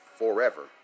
Forever